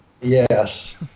Yes